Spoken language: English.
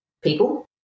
people